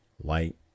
Light